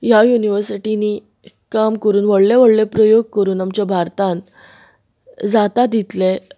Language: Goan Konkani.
ह्या यूनीवर्सीटींनी काम करून व्हडले व्हडले प्रयोग करून आमच्या भारतांत जाता तितले